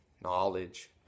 knowledge